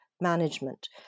management